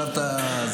ועכשיו אתה,